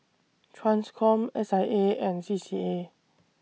TRANSCOM S I A and C C A